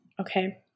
okay